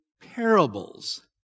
parables